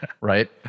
right